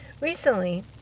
Recently